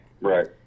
Right